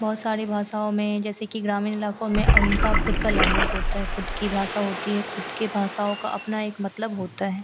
बहुत सारी भाषाओं में जैसे कि ग्रामीण इलाकों में उनका खुद का लैन्ग्वेज होता है खुद की भाषा होती है खुद की भाषाओं का अपना एक मतलब होता है